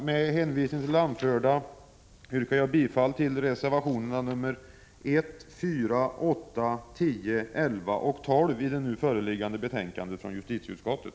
Med hänvisning till det anförda yrkar jag bifall till reservationerna 1, 4, 8, 10, 11 och 12 i det nu föreliggande betänkandet från justitieutskottet.